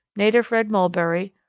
native red mulberry,